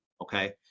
Okay